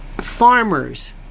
farmers